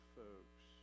folks